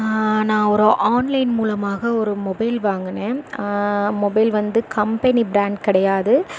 நான் ஒரு ஆன்லைன் மூலமாக ஒரு மொபைல் வாங்கினேன் மொபைல் வந்து கம்பெனி பிராண்ட் கிடையாது